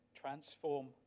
Transform